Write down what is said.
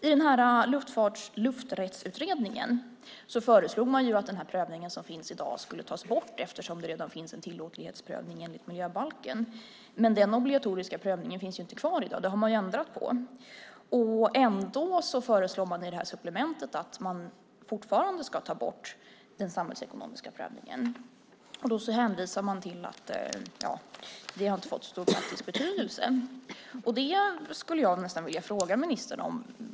I Lufträttsutredningen föreslog man att den prövning som finns i dag skulle tas bort eftersom det redan finns en tillåtlighetsprövning enligt miljöbalken. Denna obligatoriska prövning finns dock inte kvar i dag. Det har man ändrat på. Ändå föreslår man fortfarande i supplementet att man ska ta bort den samhällsekonomiska prövningen och hänvisar till att den inte har fått så stor praktisk betydelse. Det är detta jag skulle vilja fråga ministern om.